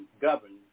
governed